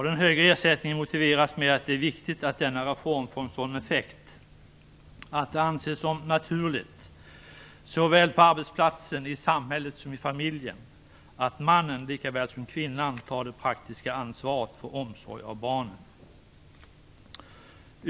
Den högre ersättningen motiveras med att det är viktigt att denna reform får en sådan effekt att det anses som naturligt såväl på arbetsplatsen, i samhället som i familjen att mannen likaväl som kvinnan tar det praktiska ansvaret för omsorg av barnen.